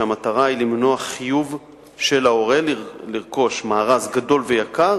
שהמטרה היא למנוע חיוב של ההורה לרכוש מארז גדול ויקר